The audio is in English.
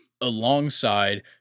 alongside